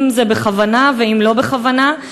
אם זה בכוונה ואם לא בכוונה,